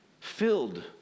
filled